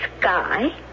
sky